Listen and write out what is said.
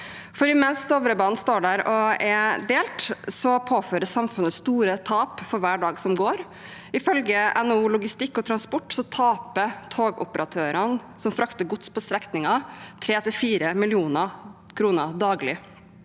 Mens Dovrebanen står der og er delt, påføres samfunnet store tap for hver dag som går. Ifølge NHO Logistikk og Transport taper togoperatørene som frakter gods på strekningen, 3–4 mill. kr daglig.